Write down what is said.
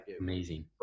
Amazing